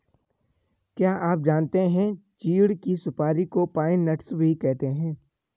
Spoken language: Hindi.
क्या आप जानते है चीढ़ की सुपारी को पाइन नट्स भी कहते है?